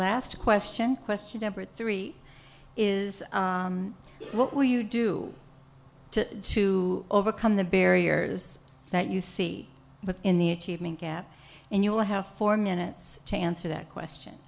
last question question number three is what will you do to to overcome the barriers that you see within the achievement gap and you will have four minutes to answer that question